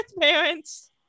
parents